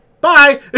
Bye